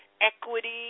equity